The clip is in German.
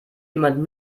jemand